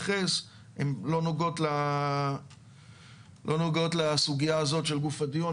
הן לא נוגעות לסוגיה הזאת של גוף הדיון.